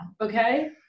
okay